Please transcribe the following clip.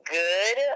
good